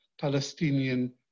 Palestinian